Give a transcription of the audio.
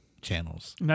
channels